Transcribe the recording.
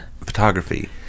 photography